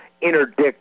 interdict